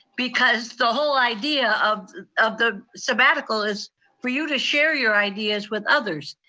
because the whole idea of of the sabbatical is for you to share your ideas with others.